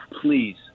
please